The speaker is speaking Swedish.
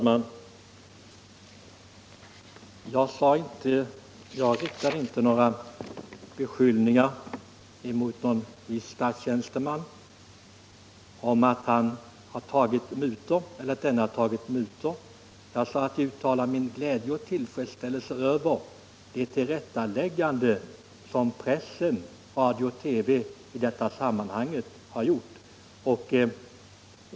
Herr talman! Jag riktade inte några beskyllningar emot någon viss svensk statstjänsteman för att ha tagit mutor. Jag sade att jag uttalar min glädje och tillfredsställelse över det tillrättaläggande som press, radio och TV i detta sammanhang har gjort.